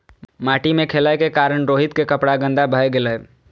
माटि मे खेलै के कारण रोहित के कपड़ा गंदा भए गेलै